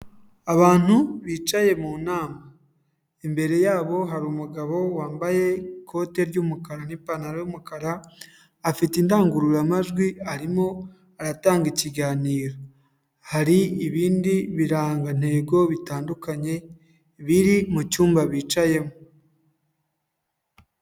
Abantu bicaye mu nama, imbere yabo hari umugabo wambaye ikote ry'umukara, n'ipantaro' y'umukara, afite indangururamajwi, arimo atanga ikiganiro, hari ibindi birangagantego bitandukanye, biri mu cyumba bicayemo.